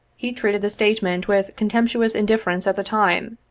he treated the statement with contemptuous indifference at the time,